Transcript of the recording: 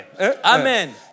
Amen